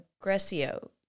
Grecio